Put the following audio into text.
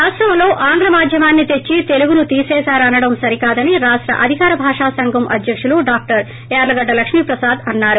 రాష్టంలో ఆంగ్ల మాధ్యమాన్ని తెచ్చి తెలుగును తీసేశారనడం సరికాదని రాష్ట అధికార భాషా సంఘం అధ్యకులు డాక్టర్ యార్లగడ్డ లక్ష్మీ ప్రసాద్ అన్నారు